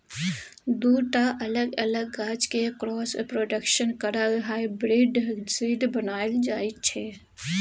दु टा अलग अलग गाछ केँ क्रॉस प्रोडक्शन करा हाइब्रिड सीड बनाएल जाइ छै